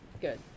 good